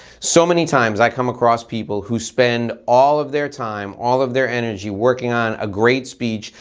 so many times i come across people who spend all of their time, all of their energy, working on a great speech.